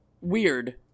weird